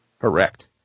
Correct